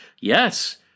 Yes